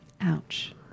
Ouch